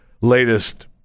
latest